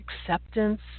acceptance